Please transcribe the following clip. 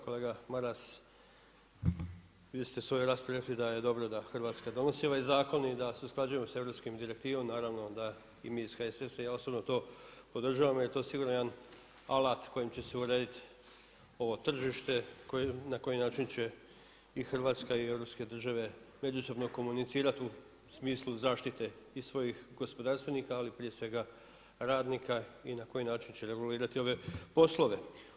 Kolega Maras, vi ste u svojoj raspravi rekli da je dobro da Hrvatska donosi ovaj zakon i da se usklađujemo sa europskom direktivom, naravno da i mi iz HSS-a i ja osobno to podržavam jer je to sigurno jedan alat kojim će se urediti ovo tržište na koji način će i Hrvatska i europske države međusobno komunicirat u smislu zaštite i svojih gospodarstvenika, ali prije svega radnika i na koji način će regulirati ove poslove.